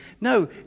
No